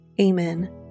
Amen